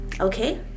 okay